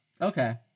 okay